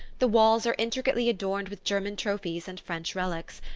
the walls are intricately adorned with german trophies and french relics,